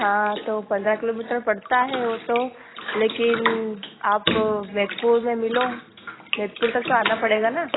हाँ तो पन्द्रह किलोमीटर पड़ता है वह तो लेकिन आप मेधपुर में मिलो मेधपुर तक तो आना पड़ेगा ना